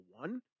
One